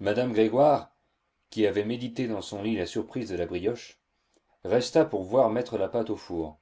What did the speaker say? madame grégoire qui avait médité dans son lit la surprise de la brioche resta pour voir mettre la pâte au four